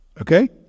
Okay